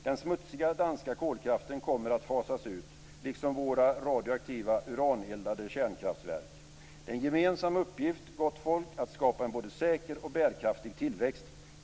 Den smutsiga danska kolkraften kommer att fasas ut, liksom våra radioaktiva uraneldade kärnkraftverk. Det är en gemensam uppgift, gott folk, att skapa en både säker och bärkraftig tillväxt.